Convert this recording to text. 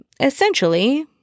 essentially